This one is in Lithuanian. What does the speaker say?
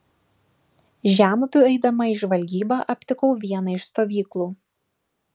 žemupiu eidama į žvalgybą aptikau vieną iš stovyklų